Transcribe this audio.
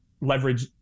leverage